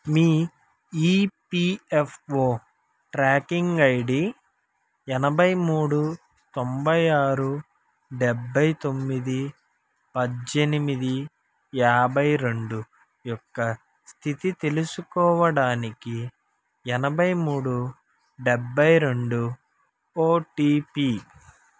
మీ EPFO tracking ID ఎనభై మూడు తొంభై ఆరు డెబ్బై తొమ్మిది పద్దేనిమిది యాభై రెండు యొక్క స్థితి తెలుసుకోవడానికి ఎనభై మూడు డెబ్బై రెండు ఓటిపి